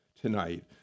tonight